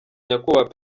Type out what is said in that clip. nyakubahwa